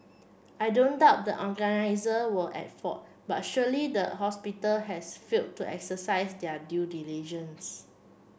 I don't doubt the were at fault but surely the hospital has fail to exercise their due diligence